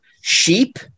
sheep